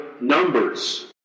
numbers